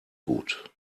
gut